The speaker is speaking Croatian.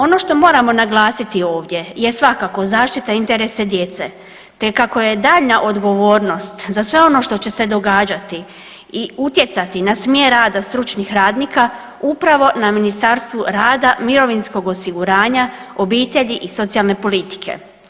Ono što moramo naglasiti ovdje je svakako zaštita interesa djece te kako je daljnja odgovornost, za sve ono što će se događati i utjecati na smjer rada stručnih radnika, upravo na Ministarstvu rada, mirovinskog osiguranja, obitelji i socijalne politike.